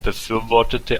befürwortete